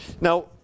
Now